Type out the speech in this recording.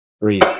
Breathe